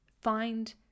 Find